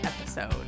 episode